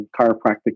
chiropractic